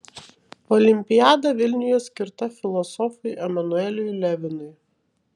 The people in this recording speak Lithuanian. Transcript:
olimpiada vilniuje skirta filosofui emanueliui levinui